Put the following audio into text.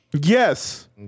Yes